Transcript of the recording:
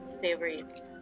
favorites